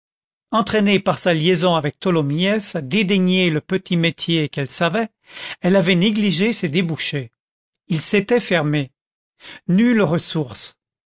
entraînée par sa liaison avec tholomyès à dédaigner le petit métier qu'elle savait elle avait négligé ses débouchés ils s'étaient fermés nulle ressource